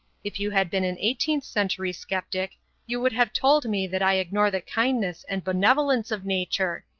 if you had been an eighteenth-century sceptic you would have told me that i ignore the kindness and benevolence of nature.